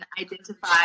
identify